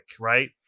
right